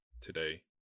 today